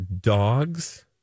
dogs